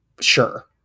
Sure